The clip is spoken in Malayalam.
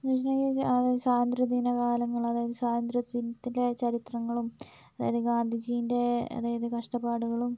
എന്നുവെച്ചുണ്ടെങ്കിൽ അതായത് സ്വതന്ത്രദിന കാലങ്ങൾ അതായത് സ്വതന്ത്ര ദിനത്തിലെ ചരിത്രങ്ങളും അതായത് ഗാന്ധിജീൻ്റെ അതായത് കഷ്ടപ്പാടുകളും